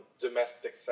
domestic